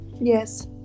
yes